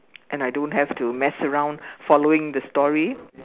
and I don't have to mess around following the story